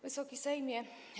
Wysoki Sejmie!